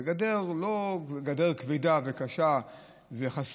והגדר היא לא גדר כבדה, קשה וחסומה,